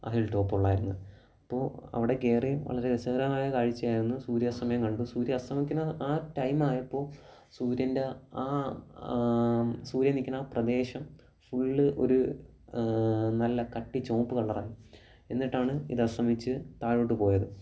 ആ hill top ഉള്ളുവായിരുന്നു അപ്പോൾ അവിടെ കയറി വളരെ രസകരമായ കാഴ്ചയായിരുന്നു സൂര്യാസ്തമയം കണ്ടു സൂര്യൻ അസ്തമിക്കുന്ന ആ ടൈമായപ്പോൾ സൂര്യൻ്റെ ആ സൂര്യൻ നിൽക്കുന്ന ആ പ്രദേശം ഫുള്ള് ഒരു നല്ല കട്ടി ചുവപ്പ് കളറായി എന്നിട്ടാണ് ഇത് അസ്തമിച്ച് താഴോട്ട് പോയത്